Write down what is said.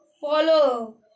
Follow